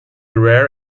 rare